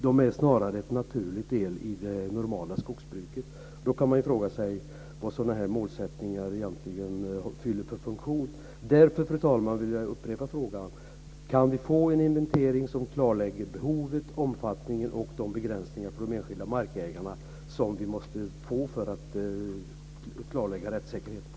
De är snarare en naturlig del i det normala skogsbruket. Då kan man fråga sig vad den här typen av målsättningar fyller för funktion. Fru talman! Jag vill därför upprepa frågan: Kan vi få en inventering som klarlägger behovet, omfattningen och begränsningarna för de enskilda markägarna?